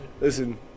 Listen